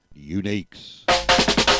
uniques